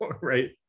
right